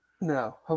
no